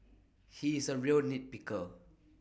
he is A real nit picker